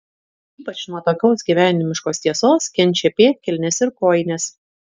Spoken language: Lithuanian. ypač nuo tokios gyvenimiškos tiesos kenčia pėdkelnės ir kojinės